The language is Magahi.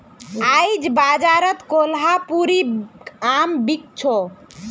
आईज बाजारत कोहलापुरी आम बिक छ